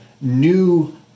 new